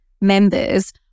members